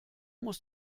muss